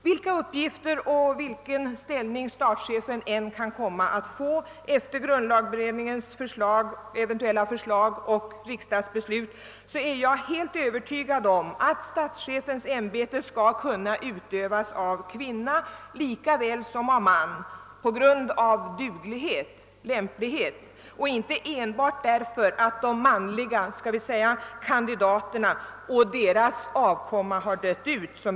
Vilka uppgifter och vilken ställning statschefen än kan komma att få efter grundlagberedningens eventuella förslag och efter riksdagsbeslut i frågan är jag helt av den uppfattningen, att statschefens ämbete skall kunna utövas av kvinna lika väl som av man på grund av duglighet och lämplighet, inte enbart, såsom avses i reservationen, därför att de manliga »kandidaterna» och deras avkomma har dött ut.